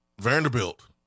Vanderbilt